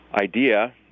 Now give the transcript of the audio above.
idea